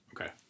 Okay